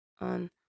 on